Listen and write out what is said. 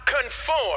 conform